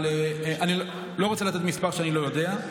אני לא רוצה לתת מספר שאני לא יודע.